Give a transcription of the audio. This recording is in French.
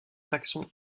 taxon